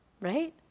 right